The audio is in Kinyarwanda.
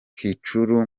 cikuru